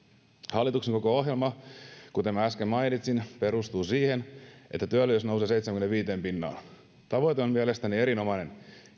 hallituksen koko ohjelma kuten äsken mainitsin perustuu siihen että työllisyys nousee seitsemäänkymmeneenviiteen pinnaan tavoite on mielestäni erinomainen